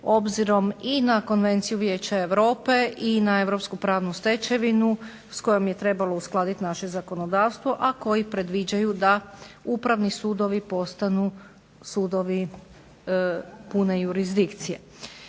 obzirom i na Konvenciju Vijeća Europe i na Europsku pravnu stečevinu s kojom je trebalo uskladiti naše zakonodavstvo, a koji predviđaju da upravni sudovi postanu sudovi pune jurisdikcije.